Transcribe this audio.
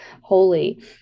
holy